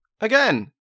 again